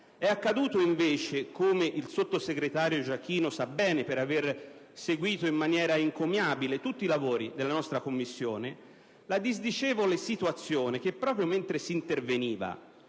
verificata invece, come il sottosegretario Giachino sa bene per aver seguito in maniera encomiabile tutti i lavori della nostra Commissione, la disdicevole situazione per cui, mentre si interveniva